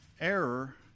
error